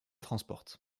transport